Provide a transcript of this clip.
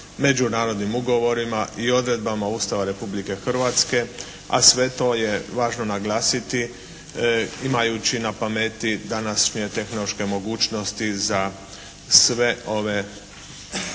međunarodnim ugovorima i odredbama Ustava Republike Hrvatske. A sve to je važno naglasiti imajući na pameti današnje tehnološke mogućnosti za sve ove